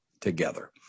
together